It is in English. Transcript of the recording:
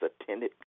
attended